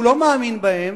הוא לא מאמין בהן,